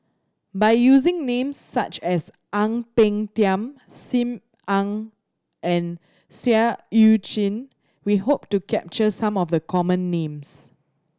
by using names such as Ang Peng Tiam Sim Ann and Seah Eu Chin we hope to capture some of the common names